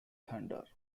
thunder